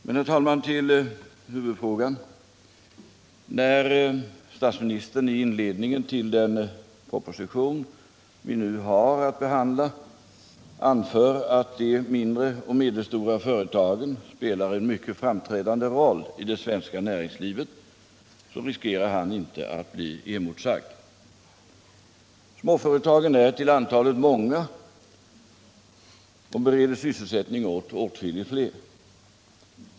Men, herr talman, till huvudfrågan! När statsministern i inledningen till den proposition vi nu har att behandla anför att de mindre företagen spelar en mycket framträdande roll i det svenska näringslivet, riskerar han inte att bli emotsagd. Småföretagen är till antalet många och bereder sysselsättning åt åtskilligt fler.